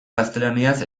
gaztelaniaz